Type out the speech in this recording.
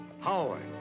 Howard